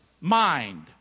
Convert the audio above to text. mind